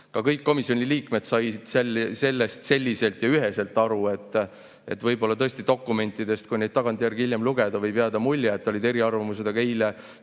ka kõik komisjoni liikmed said sellest selliselt ja üheselt aru. Võib-olla tõesti dokumentidest, kui neid tagantjärgi hiljem lugeda, võib jääda mulje, et olid eriarvamused, aga eile küll